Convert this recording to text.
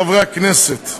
חברי הכנסת,